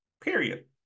Period